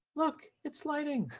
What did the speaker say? look, it's lighting.